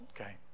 okay